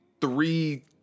three